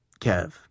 Kev